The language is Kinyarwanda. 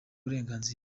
burenganzira